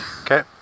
Okay